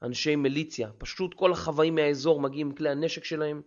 אנשי מליציה, פשוט כל החוואים מהאזור מגיעים עם כלי הנשק שלהם